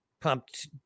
pumped